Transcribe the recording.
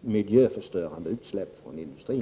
miljöförstörande utsläpp från industrin.